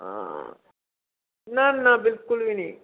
हां ना ना बिलकुल बी नी